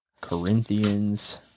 Corinthians